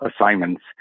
assignments